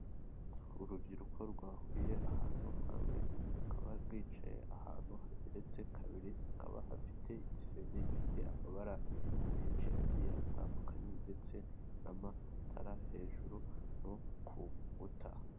Urubyiruko rwahuriye ahantu hamwe rukaba rwicaye ahantu hageretse kabiri hakaba hafite igisenge gifite amabara menshi agiye atandukanye, ndetse n'amatara hejuru no ku nkuta.